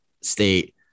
State